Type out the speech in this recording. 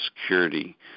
security